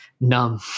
numb